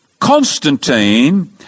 Constantine